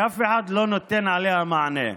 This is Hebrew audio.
שאף אחד לא נותן עליה מענה: